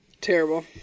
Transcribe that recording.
Terrible